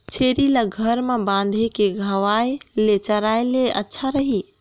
छेरी ल घर म बांध के खवाय ले चराय ले अच्छा रही?